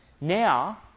Now